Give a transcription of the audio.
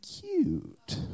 cute